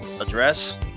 address